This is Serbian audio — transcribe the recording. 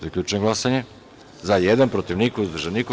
Zaključujem glasanje: za – jedan, protiv – niko, uzdržanih – nema.